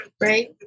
right